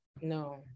No